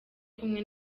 kumwe